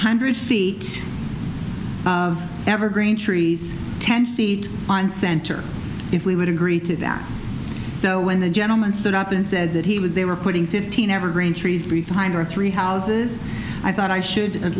hundred feet of evergreen trees ten feet on center if we would agree to that so when the gentleman stood up and said that he would they were putting fifteen evergreen trees be fined or three houses i thought i should at